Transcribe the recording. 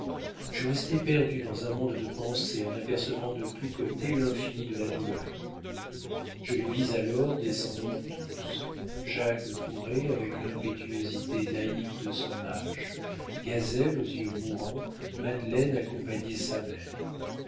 je restai perdu dans un monde de pensées en apercevant de tous côtés l'infini de la douleur je les vis alors descendant tous jacques courait avec l'impétuosité naïve de son âge gazelle aux yeux mourants madeleine accompagnait sa mère